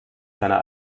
seiner